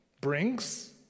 brings